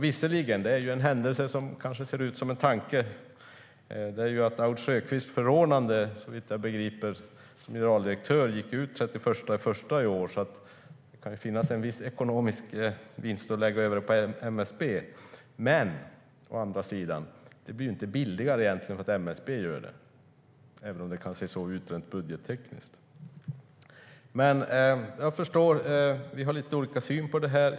Visserligen är det en händelse som kanske ser ut som en tanke att Aud Sjökvists förordnande som generaldirektör såvitt jag begriper gick ut den 31 januari i år. Det kan alltså finnas en viss ekonomisk vinst i att lägga över det på MSB. Men å andra sidan blir det egentligen inte billigare för att MSB gör det, även om det kan se så ut rent budgettekniskt. Jag förstår att vi har lite olika syn på det här.